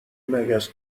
مگس